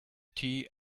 tea